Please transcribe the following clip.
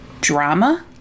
drama